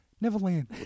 Neverland